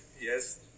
Yes